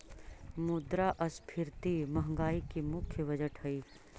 मुद्रास्फीति महंगाई की मुख्य वजह हई